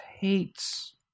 hates